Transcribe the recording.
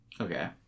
Okay